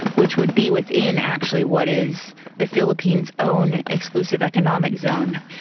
which would be within actually what is the philippines' own exclusive economic zone.